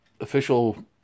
Official